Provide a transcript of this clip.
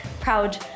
proud